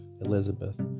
Elizabeth